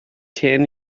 ten